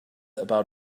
about